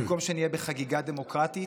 במקום שנהיה בחגיגה דמוקרטית,